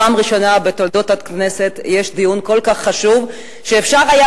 פעם ראשונה בתולדות הכנסת יש דיון כל כך חשוב שאפשר היה